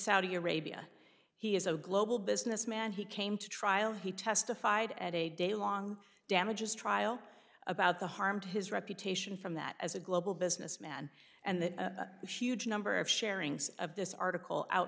saudi arabia he is a global businessman he came to trial he testified at a daylong damages trial about the harm to his reputation from that as a global business man and that a huge number of sharing some of this article out